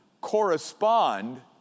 correspond